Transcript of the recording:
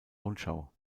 rundschau